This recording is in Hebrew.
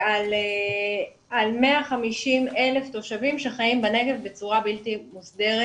ועל 150,000 תושבים שחיים בנגב בצורה בלתי מוסדרת,